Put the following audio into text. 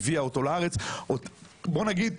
בוא נגיד,